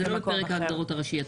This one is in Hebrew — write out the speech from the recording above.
זה לא בפרק ההגדרות הראשי?